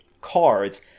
cards